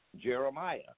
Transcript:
Jeremiah